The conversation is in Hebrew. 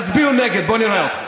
תצביעו נגד, בואו נראה.